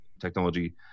technology